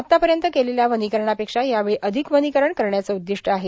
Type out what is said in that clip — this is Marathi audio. आतापर्यंत केलेल्या वनीकरणापेक्षा यावेळी अधिक वनीकरण करण्याचं उद्दिष्ट आहे